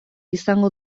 izango